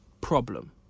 problem